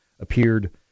appeared